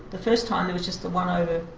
the first time there was just the one over